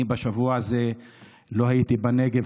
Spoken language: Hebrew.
אני בשבוע הזה לא הייתי בנגב,